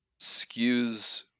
skews